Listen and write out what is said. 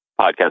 podcast